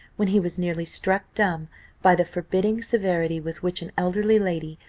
when he was nearly struck dumb by the forbidding severity with which an elderly lady,